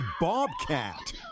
bobcat